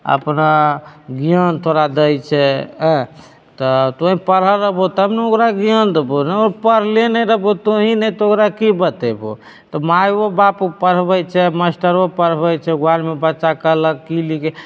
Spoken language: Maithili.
अपना गिआन तोरा दै छै एँ तऽ तोँइ पढ़ल रहबो तब ने ओकरा ज्ञान देबहो ओ पढ़ले नहि रहबो तोहीँ नहि तऽ ओकरा के बतैबहो तऽ माइयोबापो पढ़बै छै मास्टरो पढ़बैत छै बादमे बच्चा कहलक की ले जे